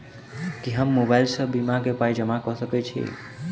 की हम मोबाइल सअ बीमा केँ पाई जमा कऽ सकैत छी?